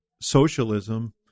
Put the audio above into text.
socialism